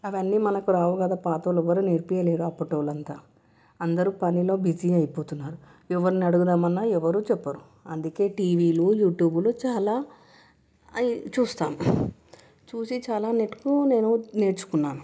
అవన్నీ మనకు రావు కదా పాత వాళ్లు ఎవరు నేర్పించలేరు అప్పటి వాళ్లంతా అందరు పనిలో బిజీ అయిపోతున్నారు ఎవర్ని అడుగుదామన్నా ఎవరు చెప్పరు అందుకే టీవీలు యూట్యూబ్లు చాలా అవి చూస్తాను చూసి చాలా మటుకు నేను నేర్చుకున్నాను